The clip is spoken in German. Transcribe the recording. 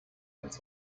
als